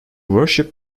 worship